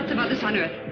of others on earth.